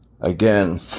Again